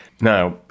Now